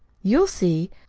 you'll see.